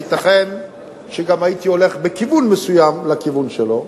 וייתכן שגם הייתי הולך בכיוון מסוים לכיוון שלו,